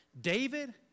David